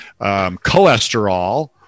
cholesterol